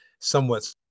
Somewhat